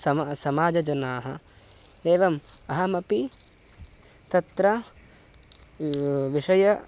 सम समाजे जनाः एवम् अहमपि तत्र विषयस्य